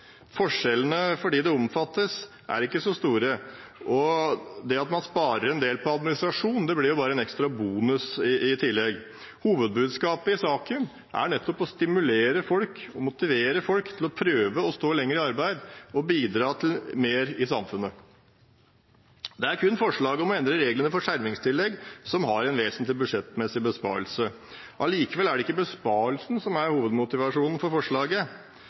Forskjellene for dem som omfattes av det, er ikke så store, og det at man sparer en del på administrasjon blir bare en ekstra bonus i tillegg. Hovedbudskapet i saken er nettopp å stimulere og motivere folk til å prøve å stå lenger i arbeid og bidra mer i samfunnet. Det er kun forslaget om å endre reglene for skjermingstillegget som har en vesentlig budsjettmessig besparelse. Allikevel er det ikke besparelsen som er hovedmotivasjonen for forslaget.